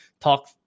talk